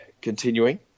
Continuing